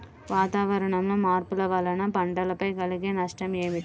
వాతావరణంలో మార్పుల వలన పంటలపై కలిగే నష్టం ఏమిటీ?